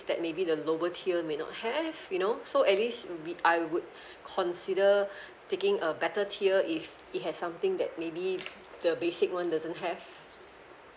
that maybe the lower tier may not have you know so at least maybe I would consider taking a better tier if it has something that maybe the basic one doesn't have